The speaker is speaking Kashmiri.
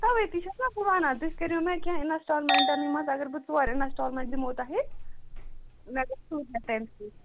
تَوَے تہِ چھَس نا بہٕ وَنان تُہۍ کٔرِو مےٚ کیٚنٛہہ اِنسٹالمٮ۪نٛٹن منٛز اگر بہٕ ژور اِنَسٹالمٮ۪نٛٹ دِمو تۄہہِ مےٚ گژھِ سہوٗلِت تَمہِ سۭتۍ